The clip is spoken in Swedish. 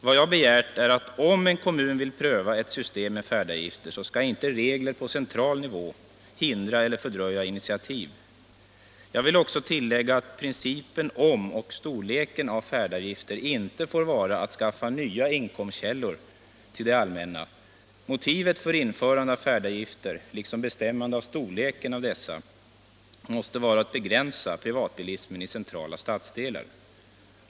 Vad jag har begärt är att om en kommun vill pröva ett system med färdavgifter skall inte regler på central nivå hindra eller fördröja initiativ. Jag vill också tillägga att meningen med färdavgifter inte får vara att skaffa nya inkomstkällor till det allmänna. Motivet för införande av färdavgifter liksom bestämmandet av storleken av dessa måste vara att begränsa privatbilismen i centrala stadsdelar.